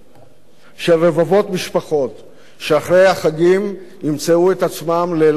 אחרי החגים רבבות משפחות ימצאו את עצמן ללא פרנסה,